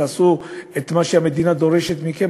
תעשו מה שהמדינה דורשת מכם,